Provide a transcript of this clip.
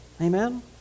Amen